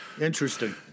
Interesting